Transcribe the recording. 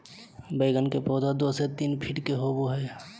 बैगन के पौधा दो से तीन फीट के होबे हइ